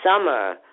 summer